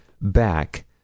back